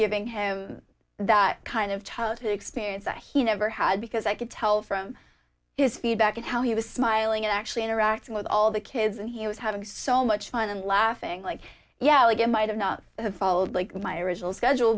giving him that kind of tough experience a he never had because i could tell from his feedback and how he was smiling actually interacting with all the kids and he was having so much fun laughing like yeah we get might have not have followed like my original schedule